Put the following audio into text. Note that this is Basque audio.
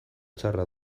txarra